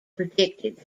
predicted